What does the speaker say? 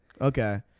Okay